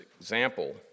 example